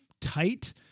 tight